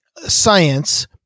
science